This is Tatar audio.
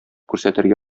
күрсәтергә